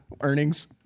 earnings